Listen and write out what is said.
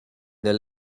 their